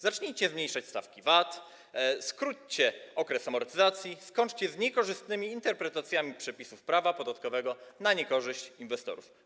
Zacznijcie zmniejszać stawki VAT, skróćcie okres amortyzacji, skończcie z niekorzystnymi interpretacjami przepisów prawa podatkowego na niekorzyść inwestorów.